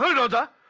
da da